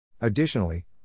Additionally